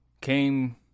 came